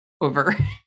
over